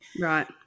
Right